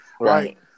Right